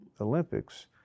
Olympics